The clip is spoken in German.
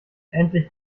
endlich